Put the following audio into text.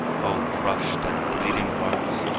o crushed and bleeding hearts,